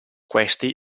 questi